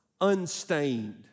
unstained